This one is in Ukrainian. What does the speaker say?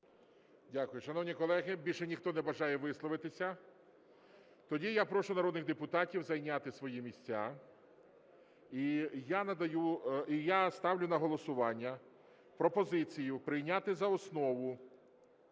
Дякую. Шановні колеги, більше ніхто не бажає висловитися? Тоді я прошу народних депутатів зайняти свої місця. І я ставлю на голосування пропозицію прийняти за основу